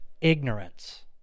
ignorance